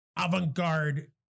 avant-garde